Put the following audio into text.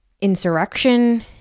insurrection